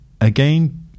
again